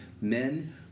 men